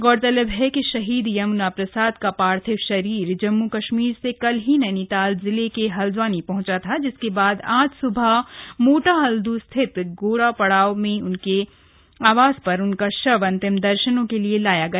गौरतलब है कि शहीद यमुना प्रसाद का पार्थिव शरीर जम्मू कश्मीर से कल ही नैनीताल जिले के हल्द्वानी पहुंचा था जिसके बाद आज सुबह मोटाहल्द्र स्थित गोरापड़ाव में उनके आवास पर उनका शव अन्तिम दर्शनों के लिए लाया गया